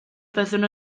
byddwn